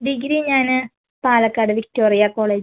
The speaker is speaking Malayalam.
ഡിഗ്രി ഞാന് പാലക്കാട് വിക്ടോറിയ കോളേജ്